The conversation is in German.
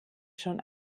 schon